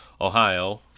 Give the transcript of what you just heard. Ohio